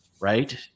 right